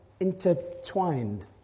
intertwined